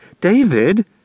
David